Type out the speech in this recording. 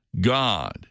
God